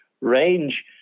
range